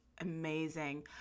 amazing